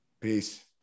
Peace